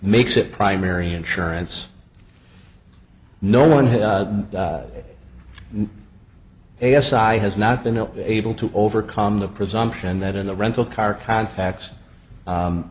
makes it primary insurance no one has a s i has not been able to overcome the presumption that in the rental car contacts